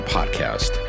Podcast